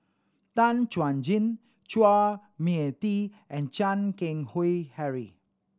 Tan Chuan Jin Chua Mia Tee and Chan Keng Howe Harry